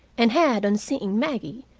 and had, on seeing maggie,